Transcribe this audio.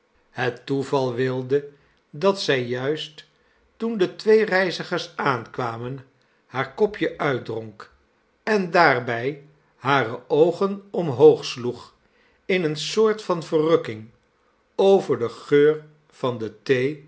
het toeval wilde dat zij juist toen de twee reizigers aankwamen haar kopje uitdronk en daarbij hare oogen omhoog sioeg in eene soort van verrukking over den geur van de